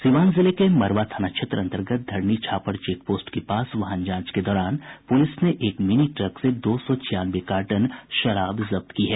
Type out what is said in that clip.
सीवान जिले के मैरवा थाना अंतर्गत धरनी छापड़ चेकपोस्ट के पास वाहन जांच के दौरान पुलिस ने एक मिनी ट्रक से दो सौ छियानवे कार्टन शराब जब्त की है